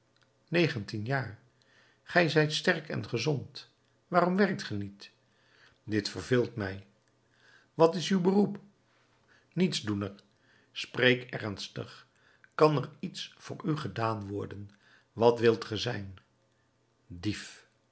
negentien jaar gij zijt sterk en gezond waarom werkt ge niet dit verveelt mij wat is uw beroep nietsdoener spreek ernstig kan er iets voor u gedaan worden wat wilt ge zijn dief